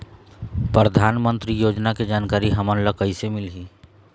परधानमंतरी योजना के जानकारी हमन ल कइसे मिलही?